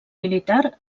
militar